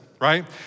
right